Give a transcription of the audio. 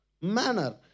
manner